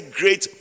great